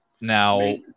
now